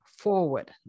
forward